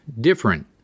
different